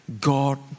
God